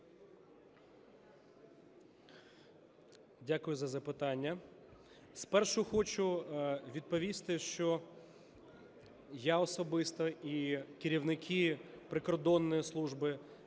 Дякую за запитання. Спершу хочу відповісти, що я особисто і керівники прикордонної служби,